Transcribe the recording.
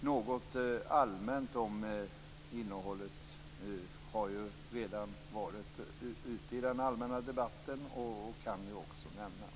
Något allmänt om innehållet har redan varit ute i den allmänna debatten och kan också nämnas.